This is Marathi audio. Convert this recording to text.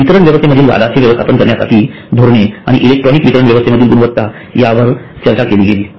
वितरण व्यवस्थेमधील वादाचे व्यवस्थापन करण्यासाठी धोरणे आणि इलेक्ट्रॉनिक वितरण व्यवस्थेमधील गुणवत्ता यावर चर्चा केली गेली आहे